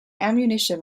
ammunition